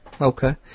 Okay